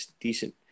decent